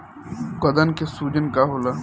गदन के सूजन का होला?